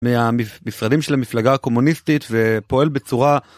מהמשרדים של המפלגה הקומוניסטית ופועל בצורה